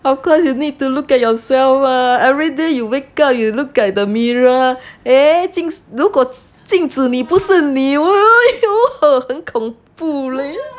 of course you need to look at yourself lah everyday you wake up you look at the mirror eh 镜如果镜子你不是很恐怖 leh